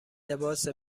لباس